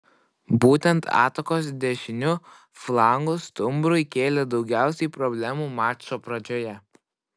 būtent atakos dešiniu flangu stumbrui kėlė daugiausiai problemų mačo pradžioje